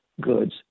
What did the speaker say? goods